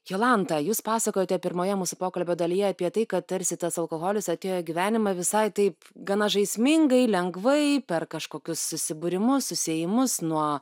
jolanta jūs pasakojote pirmoje mūsų pokalbio dalyje apie tai kad tarsi tas alkoholis atėjo į gyvenimą visai taip gana žaismingai lengvai per kažkokius susibūrimus susiėjimus nuo